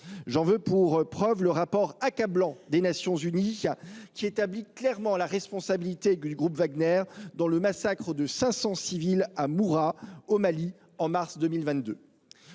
J'en veux pour preuve le rapport accablant des Nations unies, qui définit clairement la responsabilité du groupe Wagner dans le massacre de 500 civils à Moura, au Mali, en mars 2022.